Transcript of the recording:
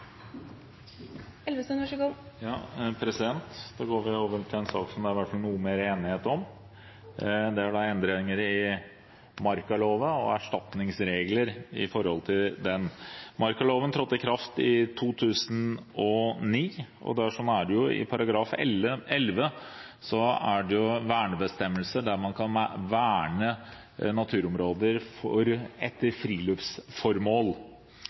Da går vi over til en sak som det i hvert fall er noe mer enighet om. Det gjelder endringer i markaloven og erstatningsregler i henhold til den. Markaloven trådte i kraft i 2009, og i § 11 er det vernebestemmelser for vern av naturområder etter friluftsformål, som jo er noe nytt, og som det